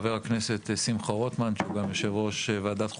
חבר הכנסת שמחה רוטמן שהוא גם יושב-ראש ועדת חוקה,